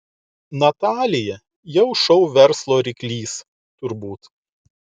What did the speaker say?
natalija jau šou verslo ryklys turbūt